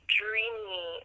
dreamy